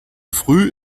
früh